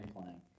playing